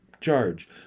charge